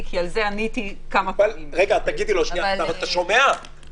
כדי לעשות מגבלות שהן משמעותיות אבל לזמן קצר,